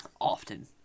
Often